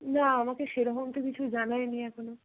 না আমাকে সেরকম তো কিছু জানায়নি এখনও